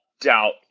doubt